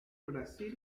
brasil